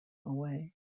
away